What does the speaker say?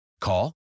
Call